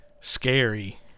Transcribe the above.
scary